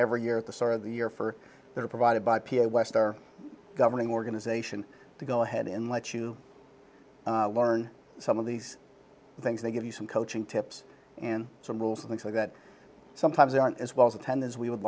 every year at the start of the year for that are provided by pierre west our governing organization to go ahead in let you learn some of these things they give you some coaching tips in some rules things like that sometimes aren't as well as attend as we would